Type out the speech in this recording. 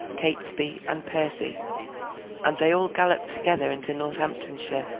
catesby, and percy and they all galloped together into northamptonshire.